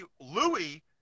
Louis